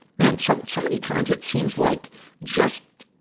man, so, so many times it seems like just,